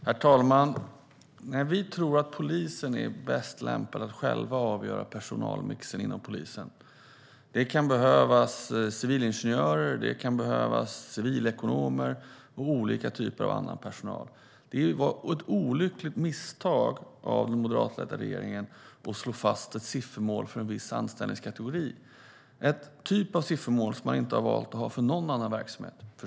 Herr talman! Vi tror att man inom polisen är bäst lämpad att själv avgöra personalmixen. Det kan behövas civilingenjörer, civilekonomer och olika typer av annan personal. Det var ett olyckligt misstag av den moderatledda regeringen att slå fast ett siffermål för en viss anställningskategori. Det är en typ av siffermål som man inte har valt att ha för någon annan verksamhet.